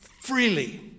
freely